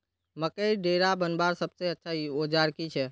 मकईर डेरा बनवार सबसे अच्छा औजार की छे?